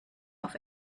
auf